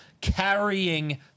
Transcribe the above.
carrying